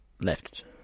left